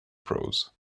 prose